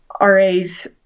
RAs